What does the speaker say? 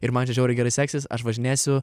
ir man čia žiauriai gerai seksis aš važinėsiu